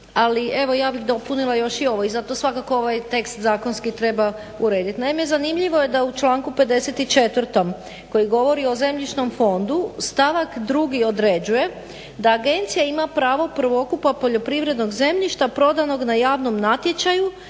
ali evo ja bih dopunila još i ovo i zato svakako ovaj zakonski tekst treba urediti. Naime, zanimljivo je da je u članku 54. koji govori o zemljišnom fondu stavak 2.određuje da "Agencija ima pravo prvokupa poljoprivrednog zemljišta prodanog na javnom natječaju